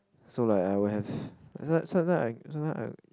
so like I would have sometime I sometime I